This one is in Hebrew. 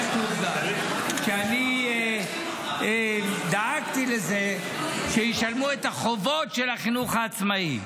----- שאני דאגתי לזה שישלמו את החובות של החינוך העצמאי,